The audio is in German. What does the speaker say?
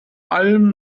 allem